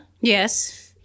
Yes